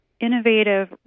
innovative